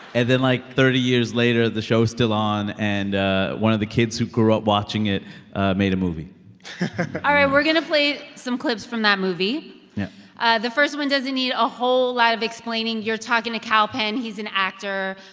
and then, like, thirty years later, the show's still on. and ah one of the kids who grew up watching it made a movie all right, we're going to play some clips from that movie yeah ah the first one doesn't need a whole lot of explaining. you're talking to kal penn. he's an actor.